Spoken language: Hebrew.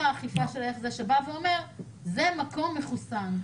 מקום מחוסן.